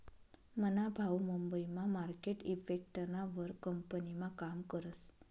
मना भाऊ मुंबई मा मार्केट इफेक्टना वर कंपनीमा काम करस